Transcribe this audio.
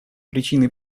причины